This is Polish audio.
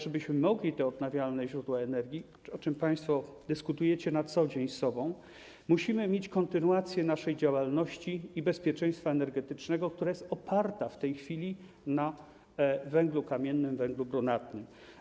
Żebyśmy jednak mogli mieć odnawialne źródła energii, o czym państwo dyskutujecie na co dzień z sobą, musimy mieć kontynuację naszej działalności i bezpieczeństwa energetycznego, które są oparte w tej chwili na węglu kamiennym, węglu brunatnym.